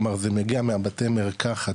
כלומר זה מגיע מבתי המרקחת,